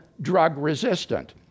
drug-resistant